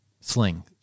Sling